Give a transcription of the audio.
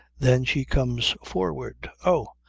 then she comes forward. oh!